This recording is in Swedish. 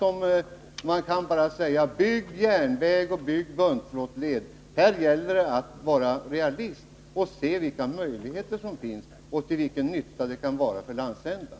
Man kan inte bara säga: Bygg järnväg och bygg buntflottled! Här gäller det att vara realist och se vilka möjligheter som finns och till vilken nytta de kan vara för landsändan.